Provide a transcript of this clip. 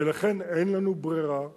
ולכן אין לנו ברירה אלא,